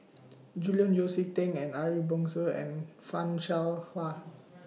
Julian Yeo See Teck and Ariff Bongso and fan Shao Hua